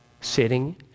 Sitting